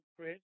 Chris